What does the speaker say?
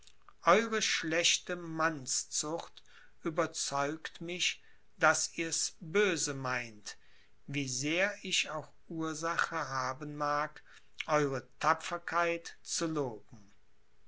eure schlechte mannszucht überzeugt mich daß ihr's böse meint wie sehr ich auch ursache haben mag eure tapferkeit zu loben